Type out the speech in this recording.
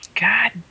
god